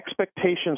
expectations